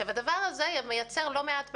הדבר הזה יוצר לא מעט בעיות.